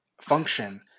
function